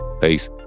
Peace